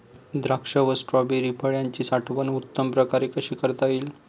द्राक्ष व स्ट्रॉबेरी फळाची साठवण उत्तम प्रकारे कशी करता येईल?